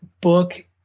book